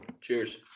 Cheers